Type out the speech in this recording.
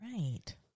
right